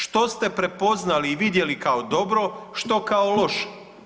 Što ste prepoznali i vidjeli kao dobro, što kao loše.